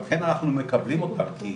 ולכן אנחנו מקבלים אותן, כי